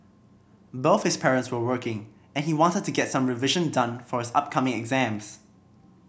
both his parents were working and he wanted to get some revision done for his upcoming exams